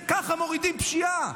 ככה מורידים פשיעה,